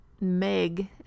meg